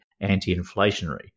anti-inflationary